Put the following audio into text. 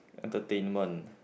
entertainment